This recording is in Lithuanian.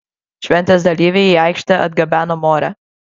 šventės dalyviai į aikštę atgabeno morę